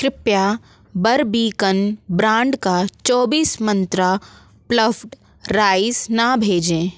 कृपया बरबीकन ब्रांड का चौबीस मंत्रा प्लफ्ड राइस ना भेंजे